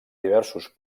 diversos